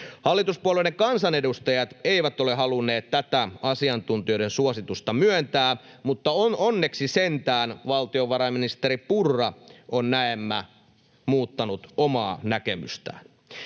Hallituspuolueiden kansanedustajat eivät ole halunneet tätä asiantuntijoiden suositusta myöntää, mutta onneksi sentään valtiovarainministeri Purra on näemmä muuttanut omaa näkemystään.